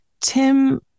Tim